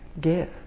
Give